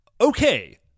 Okay